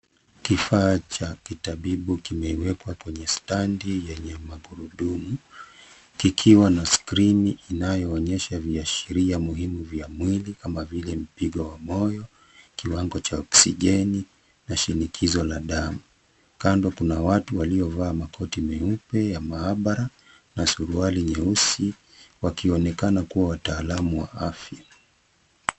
Kifaa cha kitabibu kimewekwa kwenye standi yenye magurudumu kikiwa na skrini inayo onyesha viashiria muhimu vya mwili kama vile mpingo wa moyo, kiwango cha oksijeni na shinikizo la damu. Kando kuna watu waliovaa makoti meupe ya maabara na suruali nyeusi, wakionekana kuwa wataalamu wa afya.